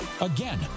Again